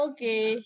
Okay